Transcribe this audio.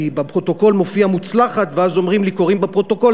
כי בפרוטוקול מופיע "מוצלחת" ואז אומרים לי: קוראים בפרוטוקול.